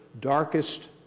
darkest